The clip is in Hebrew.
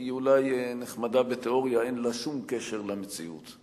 היא אולי נחמדה בתיאוריה, אין לה שום קשר למציאות.